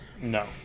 No